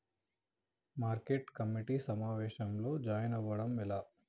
Market committee సమావేశంలో join అవ్వడం ఎలా?